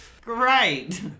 Great